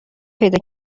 پیدا